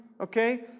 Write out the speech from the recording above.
okay